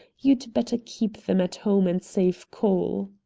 you'd better keep them at home and save coal!